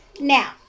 Now